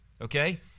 okay